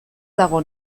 dago